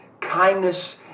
kindness